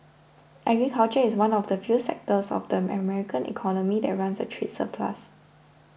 agriculture is one of the few sectors of the American economy that runs a trade surplus